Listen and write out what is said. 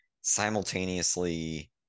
simultaneously